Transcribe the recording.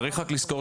צריך רק לזכור,